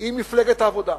היא מפלגת העבודה.